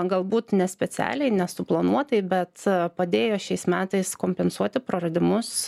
galbūt ne specialiai ne suplanuotai bet padėjo šiais metais kompensuoti praradimus